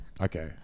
Okay